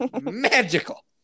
Magical